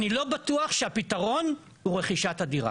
אני לא בטוח שהפתרון הוא רכישת הדירה